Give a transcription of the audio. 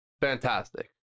Fantastic